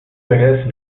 merece